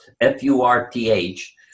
F-U-R-T-H